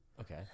Okay